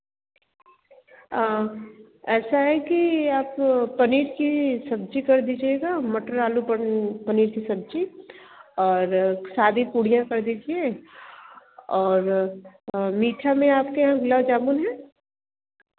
ऐसा है कि आप पनीर की सब्ज़ी कर दीजिएगा मटर आलू पनीर की सब्ज़ी और सादी पूड़ियाँ कर दीजिए और मीठा में आपके यहाँ गुलाब जामुन है